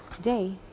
day